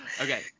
Okay